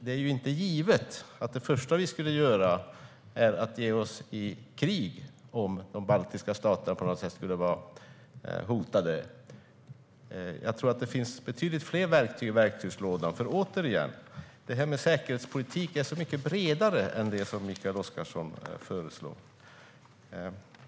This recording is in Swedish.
Det är inte givet att det första vi skulle göra är att ge oss i in krig om de baltiska staterna skulle vara hotade. Jag tror att det finns betydligt fler verktyg i verktygslådan, för säkerhetspolitik är som sagt mycket bredare än det som Mikael Oscarsson föreslår.